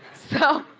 so,